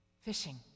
Fishing